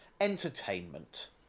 Entertainment